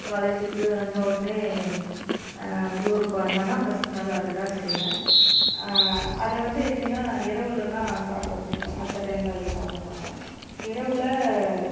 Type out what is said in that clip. college விட்டு வந்த உடனே ஊருக்கு வந்தானா ஃபர்ஸ்ட் நாள் அது தான் செய்வேன் அதை வந்து எப்படின்னா இரவில் தான் சாப்பிட பிடிக்கும் மற்ற டைம்ல அதை சாப்பிட மாட்டேன் இரவில்